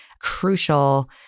crucial